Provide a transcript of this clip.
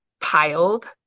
piled